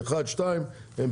באחד-שתיים.